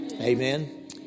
Amen